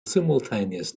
simultaneous